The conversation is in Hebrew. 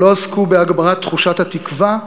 לא עסקו בהגברת תחושת התקווה,